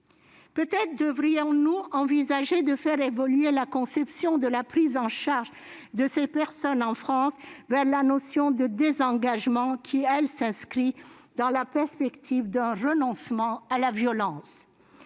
Peut-être devrions-nous envisager de faire évoluer la conception de la prise en charge de ces personnes en France vers la notion de désengagement, qui, elle, s'inscrit dans la perspective d'un renoncement à la violence.